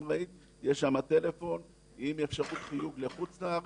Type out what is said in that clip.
הם באים ויש שם טלפון עם אפשרות חיוג לחוץ לארץ,